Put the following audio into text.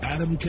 Adam